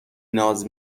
ناز